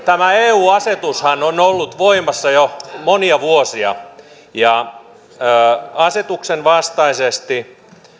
eu asetushan on ollut voimassa jo monia vuosia ja asetuksen vastaisesti